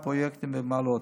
בכמה פרויקטים במעלות,